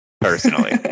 personally